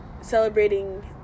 celebrating